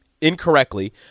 incorrectly